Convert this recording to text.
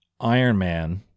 Ironman